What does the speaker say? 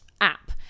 app